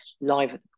live